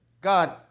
God